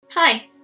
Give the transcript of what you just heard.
Hi